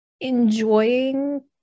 enjoying